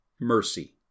Mercy